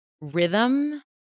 rhythm